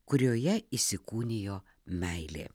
kurioje įsikūnijo meilė